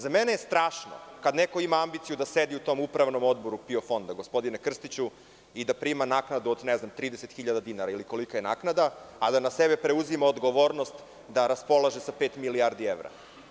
Za mene je strašno kad neko ima ambiciju da sedi u tom upravnom odboru PIO fonda i da prima naknadu od 30 hiljada dinara ili kolika je naknada, a da na sebe preuzima odgovornost da raspolaže sa pet milijardi evra.